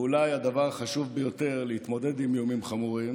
אולי הדבר החשוב ביותר כדי להתמודד עם איומים חמורים